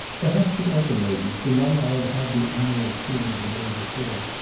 perhaps the other lady, the one i had had the honor of seeing the day before,